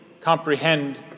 comprehend